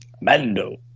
Mando